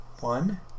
one